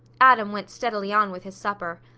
adam went steadily on with his supper.